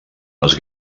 les